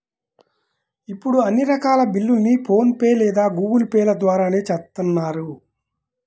ఇప్పుడు అన్ని రకాల బిల్లుల్ని ఫోన్ పే లేదా గూగుల్ పే ల ద్వారానే చేత్తన్నారు